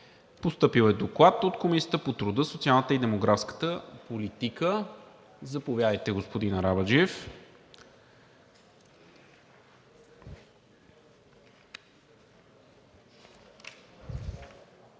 Постъпил е Доклад от Комисията по труда, социалната и демографската политика. Заповядайте, господин Арабаджиев.